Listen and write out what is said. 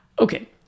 Okay